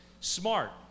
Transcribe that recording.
SMART